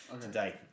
today